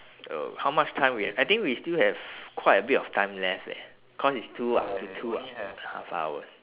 oh how much time we ha~ I think we still have quite a bit of time left leh cause it's two two two and half hours